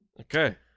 Okay